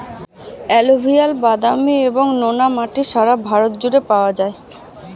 alluvial, বাদামি এবং নোনা মাটি সারা ভারত জুড়ে পাওয়া যায়